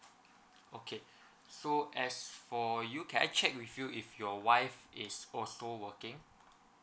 okay so as for you can I check with you if your wife is also working